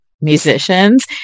musicians